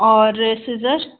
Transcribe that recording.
और सिज़र